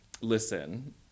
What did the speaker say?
listen